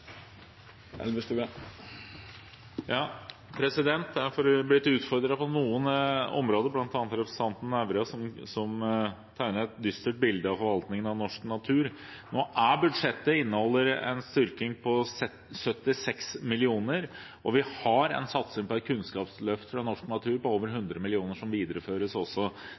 Jeg har blitt utfordret på noen områder, bl.a. av representanten Nævra, som tegnet et dystert bilde av forvaltningen av norsk natur. Budsjettet inneholder en styrking på 76 mill. kr, og vi har en satsing på et kunnskapsløft for norsk natur på over 100 mill. kr, som videreføres